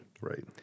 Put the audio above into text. Right